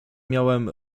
miałem